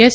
S